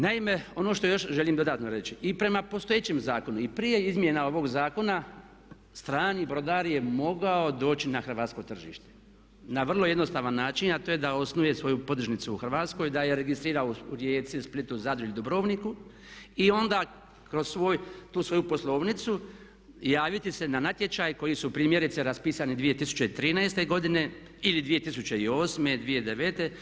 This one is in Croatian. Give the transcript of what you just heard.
Naime, ono što još želim dodatno reći i prema postojećem zakonu i prije izmjena ovog zakona strani brodar je mogao doći na hrvatsko tržište na vrlo jednostavan način a to je da osnuje svoju podružnicu u Hrvatskoj i da je registrira u Rijeci, Splitu, Zadru ili Dubrovniku i onda kroz tu svoju poslovnicu javiti se na natječaje koji su primjerice raspisani 2013. godine ili 2008., 2009.